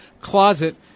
closet